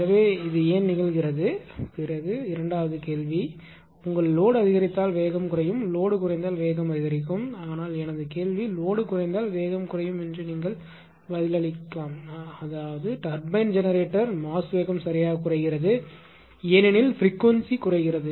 எனவே இது ஏன் நிகழ்கிறது மற்றும் இரண்டாவது கேள்வி என்னவென்றால் உங்கள் லோடு அதிகரித்தால் வேகம் குறையும் லோடு குறைந்தால் வேகம் அதிகரிக்கும் ஆனால் எனது கேள்விக்கு லோடு குறைந்தால் வேகம் குறையும் என்று நீங்கள் பதிலளிக்கலாம் அதாவது டர்பைன் ஜெனரேட்டர் மாஸ் வேகம் யாக குறைகிறது ஏனெனில் பிரிகுவென்ஸி குறைகிறது